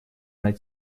над